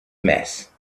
mess